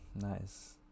nice